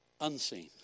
unseen